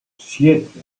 siete